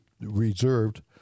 reserved